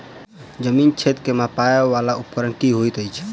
जमीन क्षेत्र केँ मापय वला उपकरण की होइत अछि?